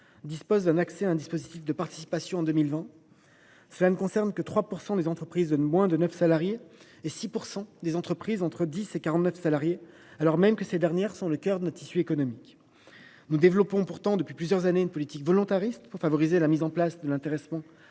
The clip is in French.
disposaient d’un accès à un dispositif de participation en 2020, contre 3 % des salariés des entreprises de moins de neuf salariés et 6 % de ceux des entreprises comptant entre 10 et 49 salariés, alors même que ces dernières sont le cœur de notre tissu économique. Nous développons pourtant depuis plusieurs années une politique volontariste favorisant la mise en place de l’intéressement